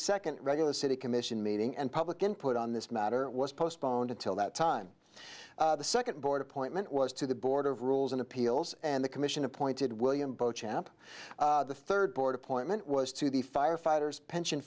second regular city commission meeting and public input on this matter was postponed until that time the second board appointment was to the board of rules and appeals and the commission appointed william boat champ the third board appointment was to the firefighters pension